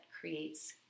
creates